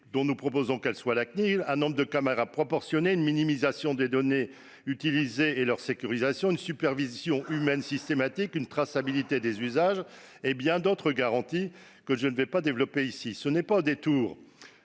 dont nous proposons qu'elle soit la Cnil, le nombre de caméras serait proportionné et l'on prévoirait la minimisation des données utilisées et leur sécurisation, une supervision humaine systématique, une traçabilité des usages et bien d'autres garanties que je ne développerai pas ici. En effet, ce n'est pas au détour